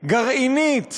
גרעינית